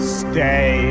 stay